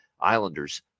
Islanders